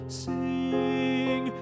sing